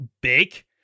big